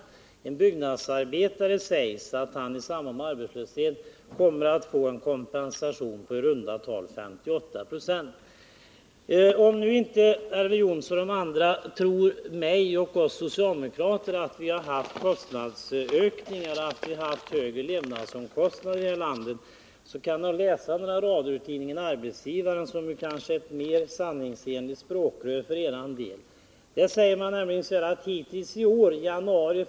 En byggnadsarbetare kommer i samband med arbetslöshet att få en kompensation på i runt tal 58 26. Om nu inte Elver Jonsson och andra tror oss socialdemokrater, när vi säger att det varit kostnadsökningar och att det blivit högre levnadsomkostnader här i landet, så kan de läsa några rader ur tidningen Arbetsgivaren, som kanske är ett mer sanningsenligt språkrör för deras del.